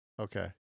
okay